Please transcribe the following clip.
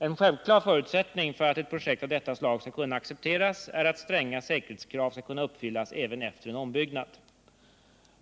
En självklar förutsättning för att ett projekt av detta slag skall kunna accepteras är att stränga säkerhetskrav skall kunna uppfyllas även efter en ombyggnad.